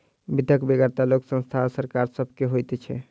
वित्तक बेगरता लोक, संस्था आ सरकार सभ के होइत छै